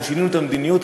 אנחנו שינינו את המדיניות,